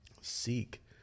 Seek